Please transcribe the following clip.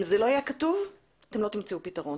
אם זה לא יהיה כתוב, אתם לא תמצאו פתרון.